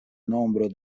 nombro